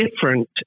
different